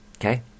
Okay